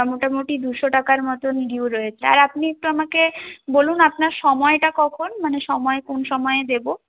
মোটামুটি দুশো টাকার মতন ডিউ রয়েছে আর আপনি তো আমাকে বলুন আপনার সময়টা কখন মানে সময় কোন সময়ে দেবো